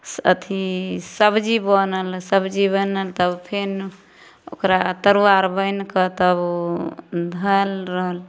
अथी सब्जी बनल सब्जी बनल तब फेर ओकरा तरुआ आर बनि कऽ तब धएल रहल